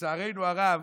לצערנו הרב,